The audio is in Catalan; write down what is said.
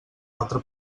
altre